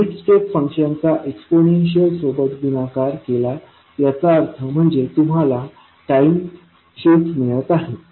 unit step फंक्शनचा exponential सोबत गुणाकार केला याचा अर्थ म्हणजे तुम्हाला टाईम शिफ्ट मिळत आहे